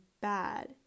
bad